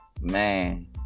Man